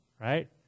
right